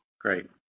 Great